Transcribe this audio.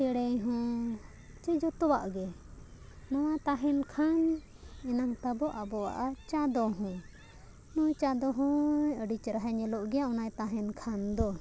ᱪᱮᱬᱮ ᱦᱚᱸ ᱪᱮ ᱡᱚᱛᱚᱣᱟᱜ ᱜᱮ ᱱᱚᱣᱟ ᱛᱟᱦᱮᱱ ᱠᱷᱟᱱ ᱮᱱᱟᱝ ᱛᱟᱵᱚ ᱟᱵᱚᱣᱟᱜ ᱪᱟᱸᱫᱚ ᱦᱚᱸ ᱱᱩᱭ ᱪᱟᱸᱫᱚ ᱦᱚᱸᱭ ᱪᱮᱦᱨᱟᱭ ᱧᱮᱞᱚᱜ ᱜᱮᱭᱟ ᱚᱱᱟ ᱛᱟᱦᱮᱱ ᱠᱷᱟᱱ ᱫᱚ